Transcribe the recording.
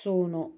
Sono